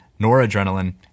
noradrenaline